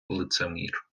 лицемір